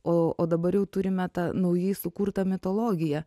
o o dabar jau turime tą naujai sukurtą mitologiją